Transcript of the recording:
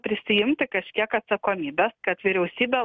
prisiimti kažkiek atsakomybės kad vyriausybė